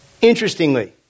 Interestingly